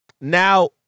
Now